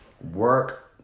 work